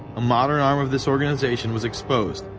a modern arm of this organization was exposed,